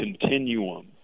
continuum